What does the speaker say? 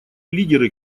лидеры